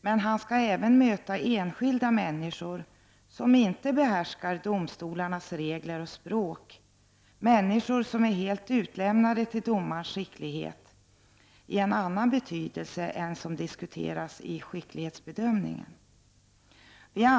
Men en domare skall även möta enskilda människor som inte behärskar domstolarnas regler och språk, människor som är helt utlämnade till domarnas skicklighet i en annan betydelse än den som diskuteras i fråga om skicklighetsbedömningen.